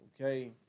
okay